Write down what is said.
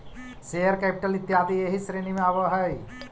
share capital इत्यादि एही श्रेणी में आवऽ हई